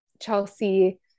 Chelsea